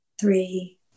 three